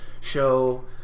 show